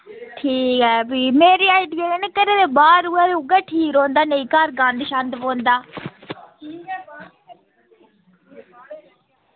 ठीक ऐ फ्ही मेरे आइडिये कन्नै घरै दे बाह्र होऐ ते उ'यै ठीक रौंह्दा नेईं घर गंद शंद पौंदा